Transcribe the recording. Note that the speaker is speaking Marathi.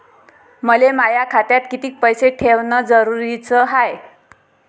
मले माया खात्यात कितीक पैसे ठेवण जरुरीच हाय?